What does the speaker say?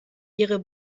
ihre